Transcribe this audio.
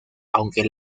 aunque